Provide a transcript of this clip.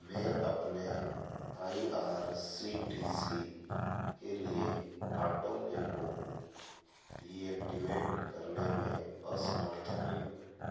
मैं अपने I R C T C के लिए ऑटोपे को डीऐक्टिवेट करने में असमर्थ हूँ